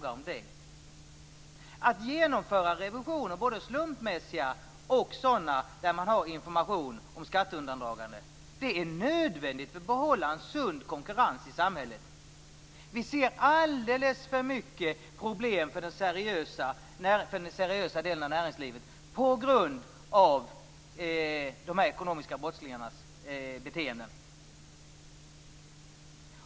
Att genomföra revisioner - både slumpmässiga och sådana som föregås av information om skatteundandragande - är nödvändigt för att behålla en sund konkurrens i samhället. Vi ser alldeles för många problem för den seriösa delen av näringslivet på grund av de ekonomiska brottslingarnas beteenden.